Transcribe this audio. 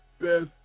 best